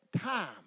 time